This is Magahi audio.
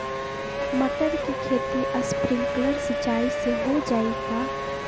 मटर के खेती स्प्रिंकलर सिंचाई से हो जाई का?